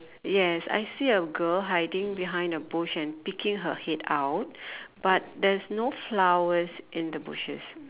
yes I see a girl hiding behind a bush and peeking her head out but there's no flowers in the bushes